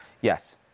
yes